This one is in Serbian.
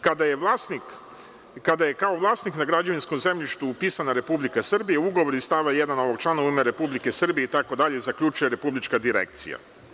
Kada je kao vlasnik na građevinskom zemljištu upisana Republika Srbija, ugovor iz stava 1. ovog člana, u ime Republike Srbije itd. zaključuje Republička Direkcija.